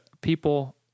people